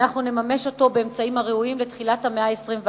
אנחנו נממש אותו באמצעים הראויים לתחילת המאה ה-21,